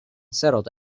settled